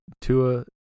Tua